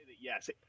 yes